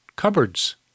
cupboards